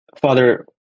Father